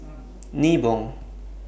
Nibong